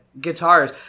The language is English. guitars